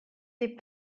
des